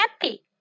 happy